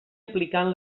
aplicant